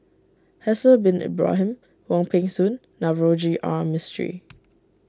Haslir Bin Ibrahim Wong Peng Soon Navroji R Mistri